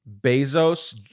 Bezos